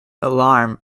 alarm